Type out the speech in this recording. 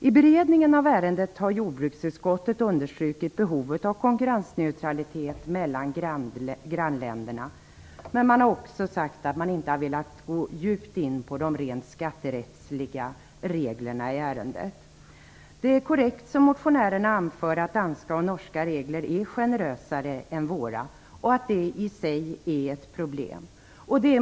I beredningen av ärendet har jordbruksutskottet understrukit behovet av konkurrensneutralitet mellan grannländerna, men man har också sagt att man inte har velat gå så djupt in i de rent skatterättsliga reglerna i ärendet. Det är korrekt, som motionärerna anför, att danska och norska regler är generösare än våra och att det i sig är ett problem.